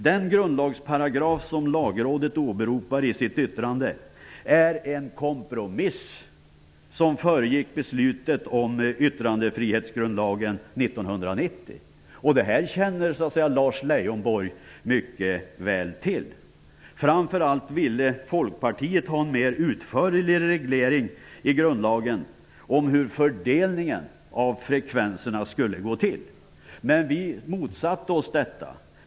Den grundlagsparagraf som Lagrådet åberopar i sitt yttrande är en kompromiss som föregick beslutet om yttrandefrihetsgrundlagen 1990. Det här känner Lars Leijonborg mycket väl till. Framför allt ville Folkpartiet ha en mer utförlig reglering i grundlagen om hur fördelningen av frekvenserna skulle gå till. Men vi motsatte oss detta.